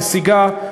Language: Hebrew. נסיגה,